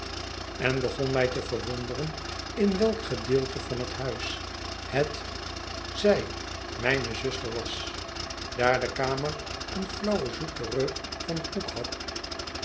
en begon mij te verwonderen in welk gedeelte van het huis het zij mijne zuster was daar de kamer een flauwe zoete reuk van koek had